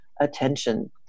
attention